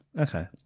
Okay